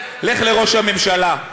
לך לראש הממשלה,